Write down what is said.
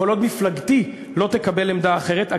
כל עוד מפלגתי לא תקבל עמדה אחרת.